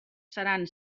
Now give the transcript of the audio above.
seran